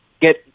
get